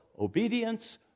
obedience